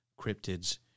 cryptids